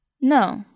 No